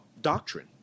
doctrine